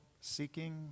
seeking